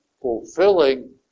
fulfilling